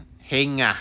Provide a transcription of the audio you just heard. heng ah